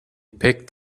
picked